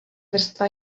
vrstva